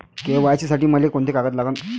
KYC साठी मले कोंते कागद लागन?